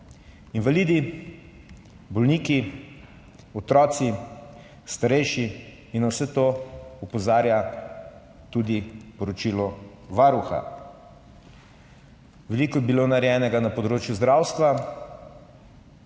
invalidi, bolniki, otroci, starejši. In na vse to opozarja tudi poročilo Varuha. Veliko je bilo narejenega na področju zdravstva,